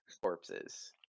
corpses